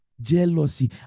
Jealousy